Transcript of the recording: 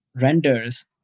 renders